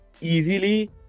easily